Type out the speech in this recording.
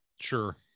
Sure